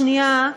שנייה,